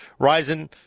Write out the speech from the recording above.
Ryzen